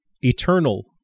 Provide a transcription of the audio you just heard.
eternal